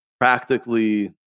practically